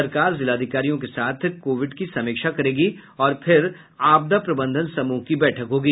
सरकार जिलाधिकारियों के साथ कोविड की समीक्षा करेगी और फिर आपदा प्रबंधन समूह की बैठक होगी